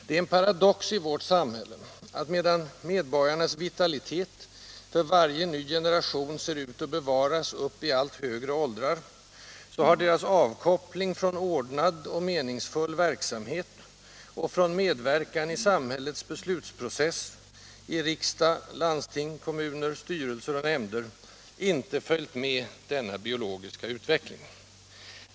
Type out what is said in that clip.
Det är en paradox i vårt samhälle att medan medborgarnas vitalitet för varje ny generation ser ut att bevaras upp i allt högre åldrar, så har deras avkoppling från ordnad och meningsfull verksamhet och från medverkan i samhällets beslutsprocess — i riksdag, landsting, kommuner, styrelser och nämnder -— inte följt med denna biologiska utveckling.